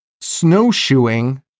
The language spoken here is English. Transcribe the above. snowshoeing